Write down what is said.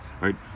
right